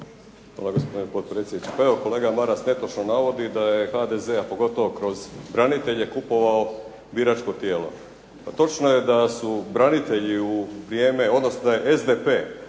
Hvala gospodine potpredsjedniče. Pa evo kolega Maras netočno navodi da je HDZ, a pogotovo kroz branitelje kupovao biračko tijelo. Pa točno je da su branitelji u vrijeme, odnosno da je SDP